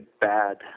bad